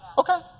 Okay